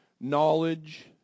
knowledge